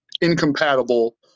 incompatible